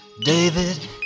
David